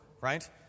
right